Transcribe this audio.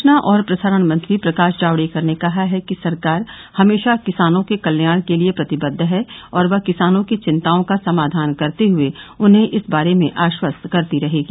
सूचना और प्रसारण मंत्री प्रकाश जावड़ेकर ने कहा है कि सरकार हमेशा किसानों के कल्याण के लिए प्रतिबद्व है और वह किसानों की चिंताओं का समाधान करते हुए उन्हें इस बारे में आश्वास्त करती रहेगी